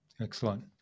Excellent